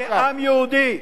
אבל אנחנו, כעם יהודי,